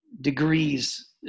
degrees